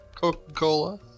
coca-cola